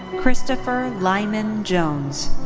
christopher lyman jones.